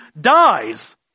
dies